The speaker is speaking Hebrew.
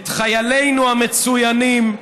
את חיילינו המצוינים,